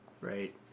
right